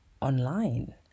online